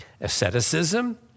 asceticism